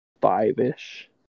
five-ish